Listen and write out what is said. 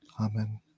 Amen